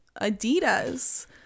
Adidas